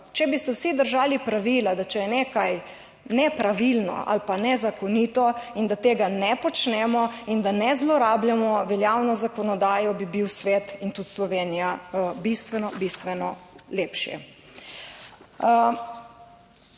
Če bi se vsi držali pravila, da če je nekaj nepravilno ali pa nezakonito in da tega ne počnemo in da ne zlorabljamo veljavno zakonodajo, bi bil svet in tudi Slovenija bistveno, bistveno lepši.